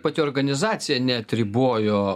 pati organizacija neatribojo